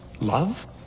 love